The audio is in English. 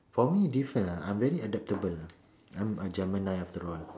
for me different lah I am very adaptable lah I am a Gemini after all